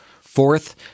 Fourth